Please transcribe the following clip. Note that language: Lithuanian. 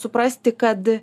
suprasti kad